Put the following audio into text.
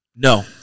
No